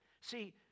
See